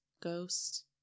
Ghost